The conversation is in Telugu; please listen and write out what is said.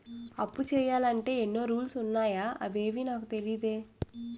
అప్పు చెయ్యాలంటే ఎన్నో రూల్స్ ఉన్నాయా అవేవీ నాకు తెలీదే